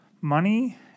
money